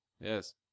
Yes